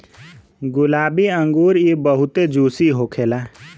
गुलाबी अंगूर इ बहुते जूसी होखेला